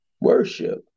worship